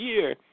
year